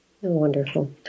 wonderful